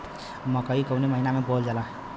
मकई कवने महीना में बोवल जाला?